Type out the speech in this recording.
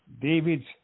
David's